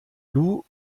lou